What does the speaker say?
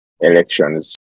elections